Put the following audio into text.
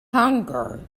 hunger